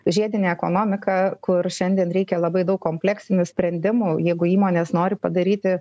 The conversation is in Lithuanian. žiedinė ekonomika kur šiandien reikia labai daug kompleksinių sprendimų jeigu įmonės nori padaryti